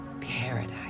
paradise